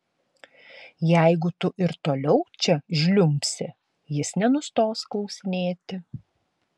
jeigu tu ir toliau čia žliumbsi jis nenustos klausinėti